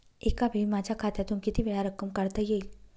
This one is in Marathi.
एकावेळी माझ्या खात्यातून कितीवेळा रक्कम काढता येईल?